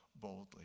boldly